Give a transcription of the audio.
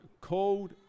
called